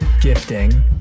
gifting